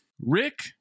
Rick